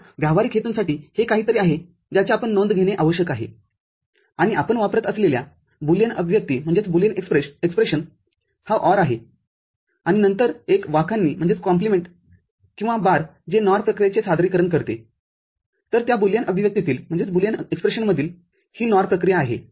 तरव्यावहारिक हेतूंसाठी हे काहीतरी आहे ज्याची आपण नोंद घेणे आवश्यक आहे आणि आपण वापरत असलेल्या बुलियन अभिव्यक्ती हा OR आहे आणि नंतर एक वाखाणणीकिंवा बारजे NOR प्रक्रियेचे सादरीकरण करते तर त्या बुलियन अभिव्यक्तीतील ही NOR प्रक्रिया आहे